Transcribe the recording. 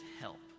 help